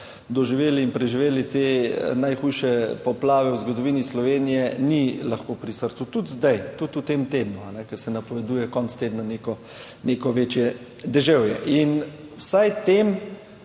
doživeli in preživeli te najhujše poplave v zgodovini Slovenije ni lahko pri srcu, tudi zdaj, tudi v tem tednu, ker se napoveduje konec tedna neko, neko večje deževje. In vsaj tem